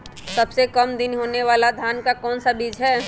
सबसे काम दिन होने वाला धान का कौन सा बीज हैँ?